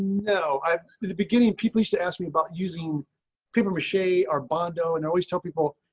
you know i mean the beginning, people used to ask me about using people mushy are bondo and always tell people,